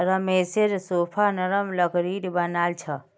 रमेशेर सोफा नरम लकड़ीर बनाल छ